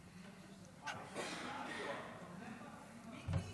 עונה להצעת החוק הזאת בשם השר לביטחון לאומי.